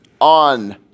on